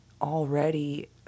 already